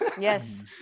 yes